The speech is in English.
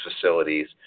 facilities